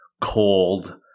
cold